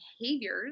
behaviors